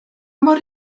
mor